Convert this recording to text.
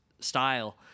Style